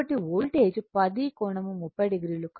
కాబట్టి voltage 10∠30o